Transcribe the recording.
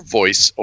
voice